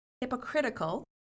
hypocritical